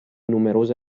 numerose